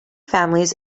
families